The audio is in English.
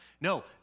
No